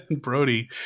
Brody